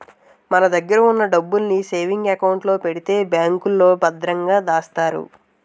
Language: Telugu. మన దగ్గర ఉన్న డబ్బుల్ని సేవింగ్ అకౌంట్ లో పెడితే బ్యాంకులో భద్రంగా దాస్తాయి